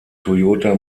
toyota